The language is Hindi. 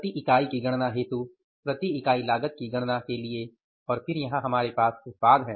प्रति इकाई की गणना हेतु प्रति इकाई लागत की गणना हेतु और फिर यहाँ हमारे पास उत्पाद हैं